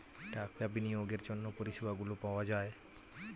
টাকা বিনিয়োগের জন্য পরিষেবাগুলো পাওয়া যায়